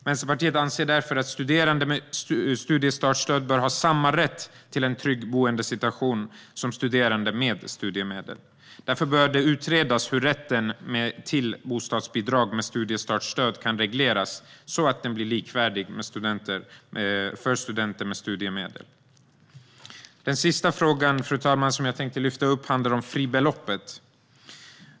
Vänsterpartiet anser därför att studerande med studiestartsstöd bör ha samma rätt till en trygg boendesituation som studerande med studiemedel. Därför bör det utredas hur rätten till bostadsbidrag med studiestartsstöd kan regleras, så att den blir likvärdig med rätten för studenter med studiemedel. Den sista frågan, fru talman, som jag tänker lyfta upp handlar om fribeloppet.